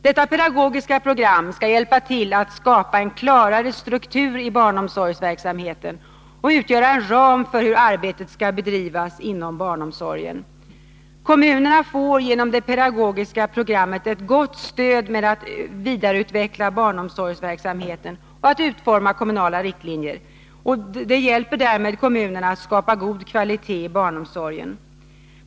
Detta pedagogiska program skall hjälpa till att skapa en klarare struktur i barnomsorgsverksamheten och utgöra en ram för hur arbetet skall bedrivas inom barnomsorgen. Kommunerna får genom det pedagogiska programmet 133 ett gott stöd i arbetet med att vidareutveckla barnomsorgsverksamheten och att utforma kommunala riktlinjer. Det hjälper därmed kommunerna att skapa god kvalitet i barnomsorgen.